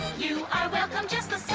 you are welcome just